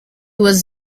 was